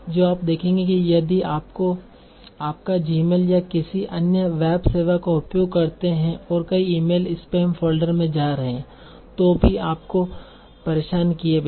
तो आप देखेंगे कि यदि आपका Gmail या किसी अन्य वेब सेवा का उपयोग करते हुए कई ईमेल स्पैम फ़ोल्डर में जा रहे हैं तो भी आपको परेशान किए बिना